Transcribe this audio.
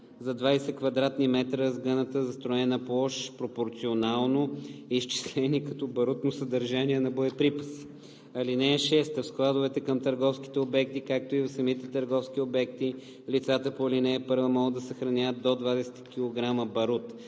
за 20 м2 разгъната застроена площ пропорционално, изчислени като барутно съдържание на боеприпаси. (6) В складовете към търговските обекти, както и в самите търговски обекти лицата по ал. 1 могат да съхраняват до 20 кг барут